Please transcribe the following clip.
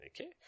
Okay